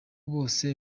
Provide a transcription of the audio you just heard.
bose